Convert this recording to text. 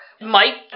Mike